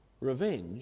revenge